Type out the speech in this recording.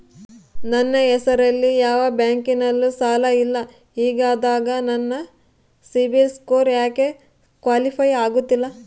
ನನ್ನ ಹೆಸರಲ್ಲಿ ಯಾವ ಬ್ಯಾಂಕಿನಲ್ಲೂ ಸಾಲ ಇಲ್ಲ ಹಿಂಗಿದ್ದಾಗ ನನ್ನ ಸಿಬಿಲ್ ಸ್ಕೋರ್ ಯಾಕೆ ಕ್ವಾಲಿಫೈ ಆಗುತ್ತಿಲ್ಲ?